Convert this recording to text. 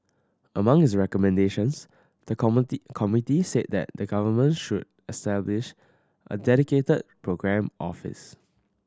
among its recommendations the committee committee said that the government should establish a dedicated programme office